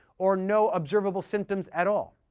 or no observable symptoms at all.